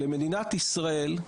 למדינת ישראל,